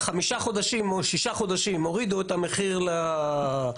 חמישה חודשים או שישה חודשים הורידו את המחיר לדניס,